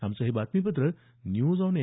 आमचं हे बातमीपत्र न्यूज ऑन ए